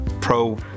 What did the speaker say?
pro